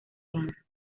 triana